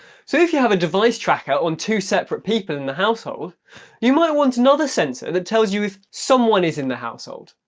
so if you have a device tracker on two separate people in the household you might want another sensor that tells you if someone is in the household,